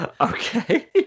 okay